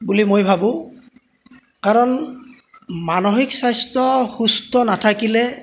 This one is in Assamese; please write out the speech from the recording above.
বুলি মই ভাবোঁ কাৰণ মানসিক স্বাস্থ্য সুস্থ নাথাকিলে